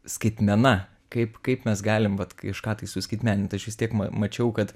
skaitmena kaip kaip mes galim vat kažką tai suskaitmenint aš vis tiek ma mačiau kad